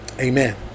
Amen